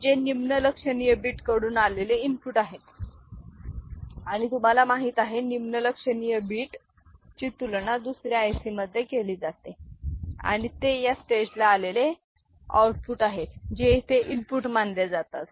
जे निम्न लक्षणीय बीट कडून आलेले इनपुट आहेत आणि तुम्हाला माहित आहे निम्न लक्षणीय बीट ची तुलना दुसऱ्या IC मध्ये केली जाते आणि ते या स्टेजला आलेले आउटपुट आहेत जे येथे इनपुट मानले जातात